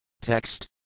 Text